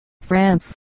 France